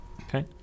Okay